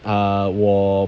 uh 我